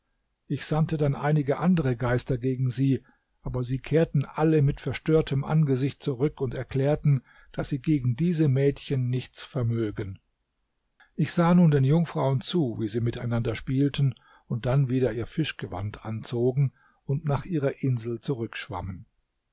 ich sandte dann einige andere geister gegen sie aber sie kehrten alle mit verstörtem angesicht zurück und erklärten daß sie gegen diese mädchen nichts vermögen ich sah nun den jungfrauen zu wie sie miteinander spielten und dann wieder ihr fischgewand anzogen und nach ihrer insel